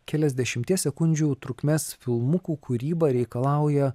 keliasdešimties sekundžių trukmės filmukų kūryba reikalauja